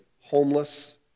homeless